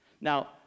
Now